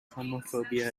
homophobia